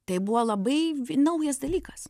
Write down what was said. tai buvo labai naujas dalykas